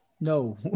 No